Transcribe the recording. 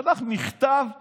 שלח מכתב למנדלבליט.